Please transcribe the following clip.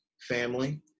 family